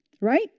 Right